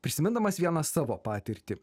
prisimindamas vieną savo patirtį